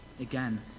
Again